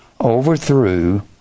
overthrew